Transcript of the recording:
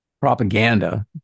propaganda